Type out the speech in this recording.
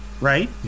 right